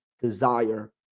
desire